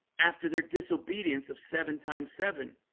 after their disobedience of seven times seven,